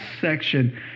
section